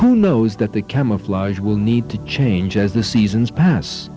who knows that the camouflage will need to change as the seasons pass